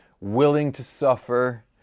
willing-to-suffer